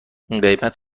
قیمت